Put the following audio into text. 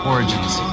Origins